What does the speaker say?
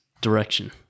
direction